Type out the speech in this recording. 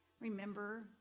remember